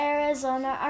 Arizona